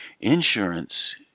insurance